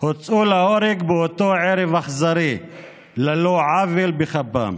הוצאו להורג באותו ערב אכזרי על לא עוול בכפם.